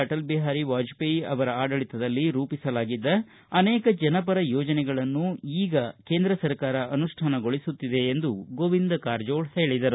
ಅಟಲ್ಬಿಹಾರಿ ವಾಜಪೇಯಿ ಅವರ ಆಡಳಿತದಲ್ಲಿ ರೂಪಿಸಲಾಗಿದ್ದ ಅನೇಕ ಜನಪರ ಯೋಜನೆಗಳನ್ನು ಈಗ ಕೇಂದ್ರ ಸರ್ಕಾರ ಅನುಷ್ಠಾನಗೊಳಿಸುತ್ತಿದೆ ಎಂದು ಗೋವಿಂದ ಕಾರಜೋಳ ಹೇಳಿದರು